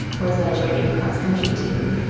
was by joining and the cross country team.